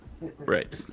right